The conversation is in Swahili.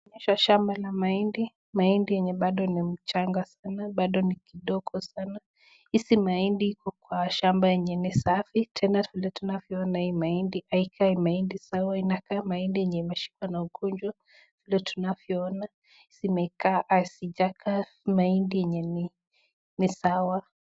Inaonyesha shamba la mahindi. Mahindi yenye bado ni mchanga sana, bado ni kidogo sana. Hizi mahindi iko kwa shamba yenye ni safi. Tena vile tunavyoona hii mahindi haikai mahindi sawa. Inakaa mahindi yenye imeshikwa na ugonjwa, vile tunavyoona. Zimekaa hazijakaa mahindi yenye ni ni sawa.